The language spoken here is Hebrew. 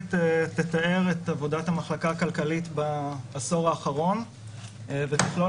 המצגת תתאר את עבודת המחלקה הכלכלית בעשור האחרון ותכלול